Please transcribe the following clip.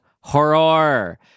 Horror